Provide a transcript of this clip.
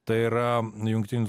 tai yra jungtinių